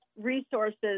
resources